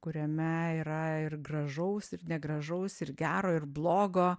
kuriame yra ir gražaus ir negražaus ir gero ir blogo